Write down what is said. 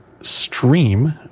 Stream